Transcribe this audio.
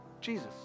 Jesus